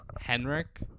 henrik